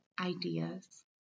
ideas